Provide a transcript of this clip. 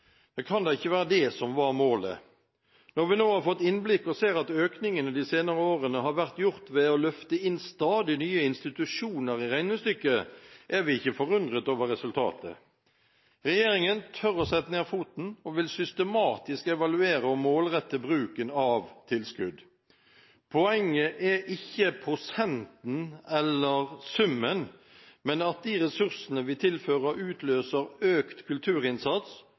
Det kan da ikke være det som var målet? Når vi nå har fått innblikk og ser at økningene de senere årene har vært gjort mulig ved å løfte inn stadig nye institusjoner i regnestykket, er vi ikke forundret over resultatet. Regjeringen tør å sette ned foten og vil systematisk evaluere og målrette bruken av tilskudd. Poenget er ikke prosenten eller summen, men at de ressursene vi tilfører, utløser økt kulturinnsats